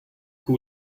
who